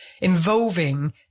involving